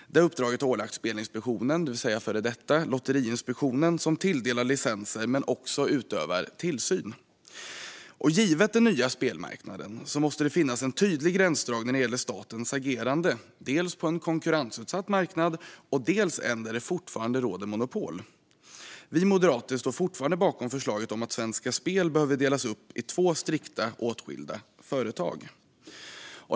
Det uppdraget har ålagts Spelinspektionen, det vill säga före detta Lotteriinspektionen, som tilldelar licenser men också utövar tillsyn. Givet den nya spelmarknaden måste det finnas en tydlig gränsdragning när det gäller statens agerande, dels på en konkurrensutsatt marknad, dels på en marknad där det fortfarande råder monopol. Vi moderater står fortfarande bakom förslaget om att Svenska Spel behöver delas upp i två strikt åtskilda företag.